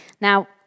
Now